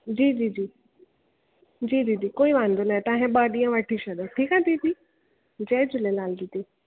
जी जी जी जी दीदी कोई वांदो नाहे तव्हां हीअ ॿ ॾींहं वठी छॾो ठीकु आहे दीदी जय झूलेलाल दीदी